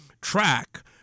track